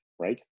right